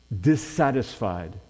dissatisfied